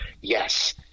yes